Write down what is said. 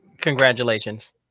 Congratulations